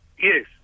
Yes